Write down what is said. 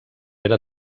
era